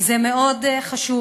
וזה מאוד חשוב.